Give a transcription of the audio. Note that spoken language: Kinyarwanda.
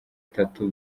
tattoo